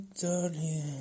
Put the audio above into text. darling